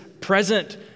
present